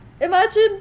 Imagine